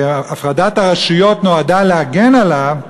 והפרדת הרשויות נועדה להגן עליו,